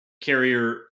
carrier